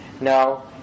Now